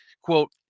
Quote